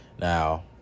Now